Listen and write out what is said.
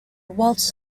waltz